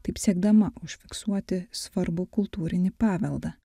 taip siekdama užfiksuoti svarbų kultūrinį paveldą